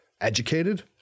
educated